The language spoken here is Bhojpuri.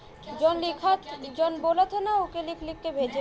खेती से जुड़ल सवाल कहवा पूछी?